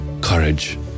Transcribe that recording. courage